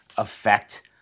effect